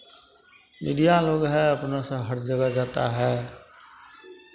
media लोग है अपना स हर जगह जाता है